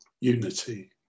unity